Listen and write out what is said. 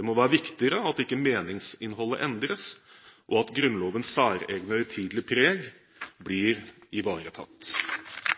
Det må være viktigere at ikke meningsinnholdet endres, og at Grunnlovens særegne og høytidelige preg blir ivaretatt.